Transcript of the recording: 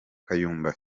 kayumba